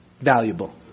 valuable